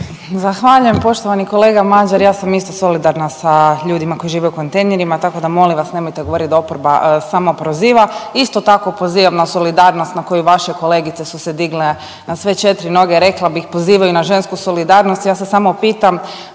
Zahvaljujem poštovani kolega Mađar. Ja sam isto solidarna sa ljudima koji žive u kontejnerima, tako da molim vas nemojte govoriti da oporba samo proziva. Isto tako pozivam na solidarnost na koju vaše kolegice su se digle na sve četiri noge rekla bih pozivaju na žensku solidarnost. Je se samo pitam